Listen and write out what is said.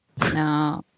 No